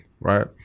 right